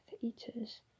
Eaters